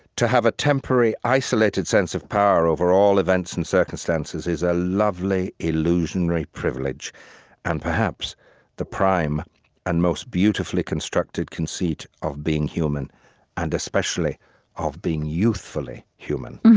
to have a temporary, isolated sense of power over all events and circumstances is a lovely, illusionary privilege and perhaps the prime and most beautifully constructed conceit of being human and especially of being youthfully human,